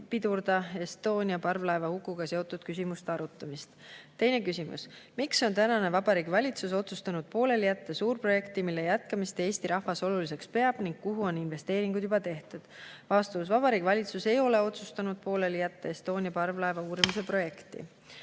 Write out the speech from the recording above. pidurda parvlaev Estonia hukuga seotud küsimuste arutamist. Teine küsimus: "Miks on tänane Vabariigi Valitsus otsustanud pooleli jätta suurprojekti, mille jätkamist eesti rahvas oluliseks peab ning kuhu on investeeringud juba tehtud?" Vastus. Vabariigi Valitsus ei ole otsustanud pooleli jätta parvlaev Estonia uurimise projekti.